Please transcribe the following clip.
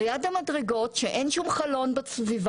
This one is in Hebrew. ליד המדרגות, שם אין שום חלון בסביבה.